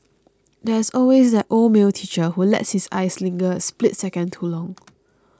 there's always that old male teacher who lets his eyes linger a split second too long